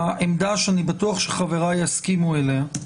העמדה, שאני בטוח שחבריי יסכימו אליה,